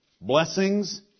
blessings